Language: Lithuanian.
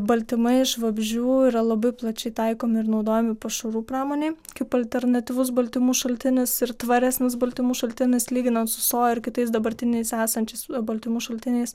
baltymai iš vabzdžių yra labai plačiai taikomi ir naudojami pašarų pramonėj kaip alternatyvus baltymų šaltinis ir tvaresnis baltymų šaltinis lyginant su soja ir kitais dabartiniais esančiais baltymų šaltiniais